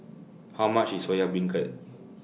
How much IS Soya Beancurd